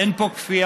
אין פה כפייה.